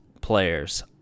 players